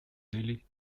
цели